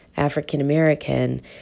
african-american